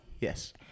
yes